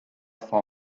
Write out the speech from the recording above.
for